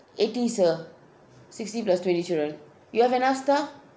eight sir sixty plus twenty children you have enough staff